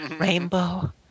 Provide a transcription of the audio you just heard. rainbow